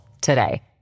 today